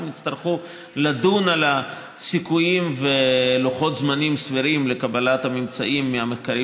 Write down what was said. הם יצטרכו לדון על הסיכויים ולוחות הזמנים הסבירים לקבלת הממצאים מהמחקרים